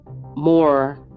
more